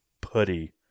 putty